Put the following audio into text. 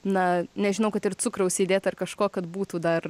na nežinau kad ir cukraus įdėt ar kažko kad būtų dar